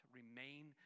remain